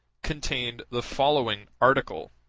contained the following article